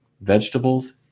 vegetables